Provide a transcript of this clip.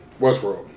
Westworld